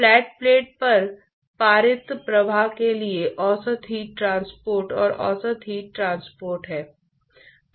ठोस से द्रव में हीट ट्रांसपोर्ट की कुल दर क्या होगी